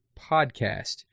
podcast